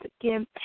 again